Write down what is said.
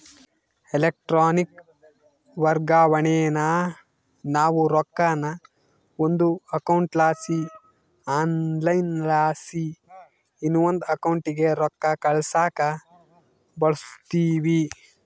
electronic ವರ್ಗಾವಣೇನಾ ನಾವು ರೊಕ್ಕಾನ ಒಂದು ಅಕೌಂಟ್ಲಾಸಿ ಆನ್ಲೈನ್ಲಾಸಿ ಇನವಂದ್ ಅಕೌಂಟಿಗೆ ರೊಕ್ಕ ಕಳ್ಸಾಕ ಬಳುಸ್ತೀವಿ